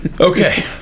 Okay